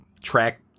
track